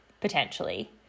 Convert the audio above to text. potentially